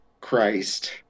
Christ